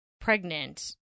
pregnant